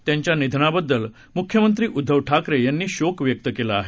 त्यांच्या निधना बद्दल मुख्यमंत्री उद्धव ठाकरे यांनी शोक व्यक्त केला आहे